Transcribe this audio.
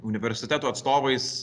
universitetų atstovais